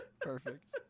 Perfect